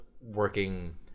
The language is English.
working